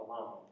alone